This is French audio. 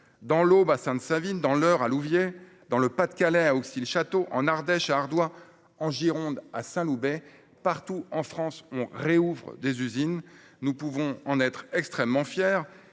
dans l'Aube, à Sainte-Savine ; dans l'Eure, à Louviers ; dans le Pas-de-Calais, à Auxi-le-Château ; en Ardèche, à Ardoix ; en Gironde, à Saint-Loubès. Partout en France, on rouvre des usines et nous pouvons en être extrêmement fiers.